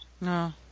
No